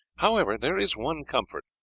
however, there is one comfort,